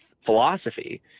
philosophy